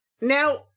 now